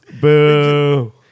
boo